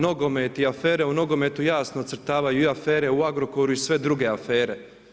Nogomet i afere u nogometu jasno ocrtavaju i afere u Agrokoru i sve druge afere.